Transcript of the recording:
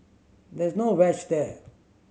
there is no wedge there